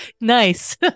Nice